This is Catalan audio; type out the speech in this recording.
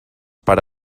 per